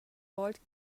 old